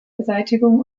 beseitigung